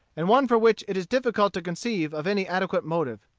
and one for which it is difficult to conceive of any adequate motive.